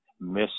miss